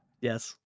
Yes